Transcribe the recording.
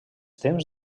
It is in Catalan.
temps